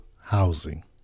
housing